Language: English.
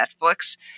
Netflix